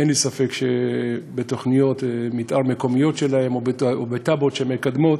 אין לי ספק שבתוכניות מתאר מקומיות שלהן או בתב"עות שהן מקדמות,